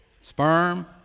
sperm